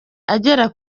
agera